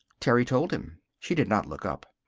terry told him. she did not look up.